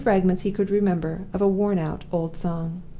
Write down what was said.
the few fragments he could remember of a worn-out old song.